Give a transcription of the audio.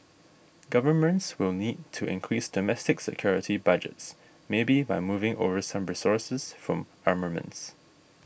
governments will need to increase domestic security budgets maybe by moving over some resources from armaments